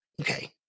Okay